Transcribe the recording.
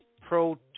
Pro